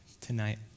tonight